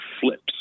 flips